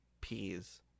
peas